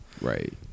right